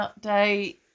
update